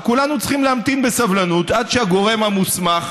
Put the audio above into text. וכולנו צריכים להמתין בסבלנות עד שהגורם המוסמך,